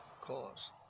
cause